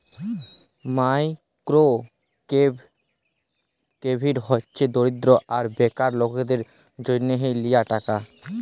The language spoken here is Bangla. মাইকোরো কেরডিট হছে দরিদ্য আর বেকার লকদের জ্যনহ লিয়া টাকা